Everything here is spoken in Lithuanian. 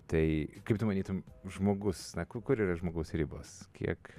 tai kaip tu manytum žmogus na kur yra žmogaus ribos kiek